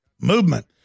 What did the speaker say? movement